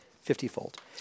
fiftyfold